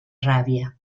rabia